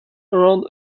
around